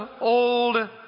old